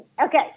okay